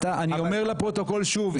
אני אומר לפרוטוקול שוב,